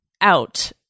out